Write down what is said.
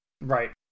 Right